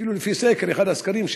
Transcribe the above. לפי אחד הסקרים,